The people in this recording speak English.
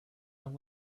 and